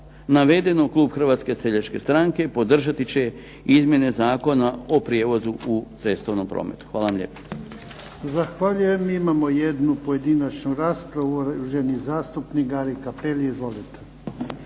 navedenog Klub Hrvatske seljačke stranke podržati će Izmjene zakona o prijevozu u cestovnom prometu. Hvala vam lijepo. **Jarnjak, Ivan (HDZ)** Zahvaljujem. Imamo jednu pojedinačnu raspravu. Uvaženi zastupnik Gari Capelli. Izvolite.